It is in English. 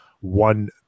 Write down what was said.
one